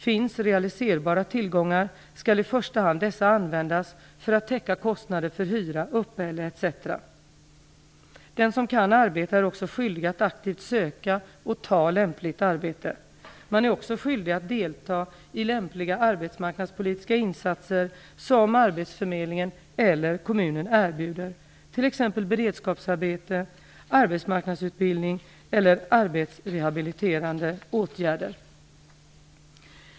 Finns realiserbara tillgångar skall i första hand dessa användas för att täcka kostnader för hyra, uppehälle etc. Den som kan arbeta är också skyldig att aktivt söka och ta lämpligt arbete. Man är också skyldig att delta i lämpliga arbetsmarknadspolitiska insatser som arbetsförmedlingen eller kommunen erbjuder, t.ex. beredskapsarbete, arbetsmarknadsutbildning eller arbetsrehabiliterande åtgärder.